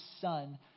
son